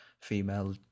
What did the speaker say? female